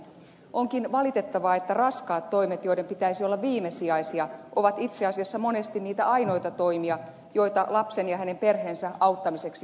onkin valitettavaa että raskaat toimet joiden pitäisi olla viimesijaisia ovat itse asiassa monesti niitä ainoita toimia joita lapsen ja hänen perheensä auttamiseksi tehdään